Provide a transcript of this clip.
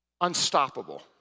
Unstoppable